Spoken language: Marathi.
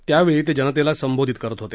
त्यावेळी ते जनतेला संबोधित करत होते